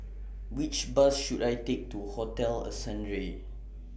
Which Bus should I Take to Hotel Ascendere